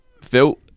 Phil